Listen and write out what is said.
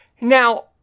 now